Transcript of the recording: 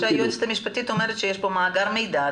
היועצת המשפטית של הוועדה אומרת שיש פה מאגר מידע.